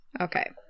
Okay